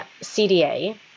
CDA